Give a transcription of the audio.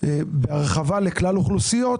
בהרחבה לכלל אוכלוסיות,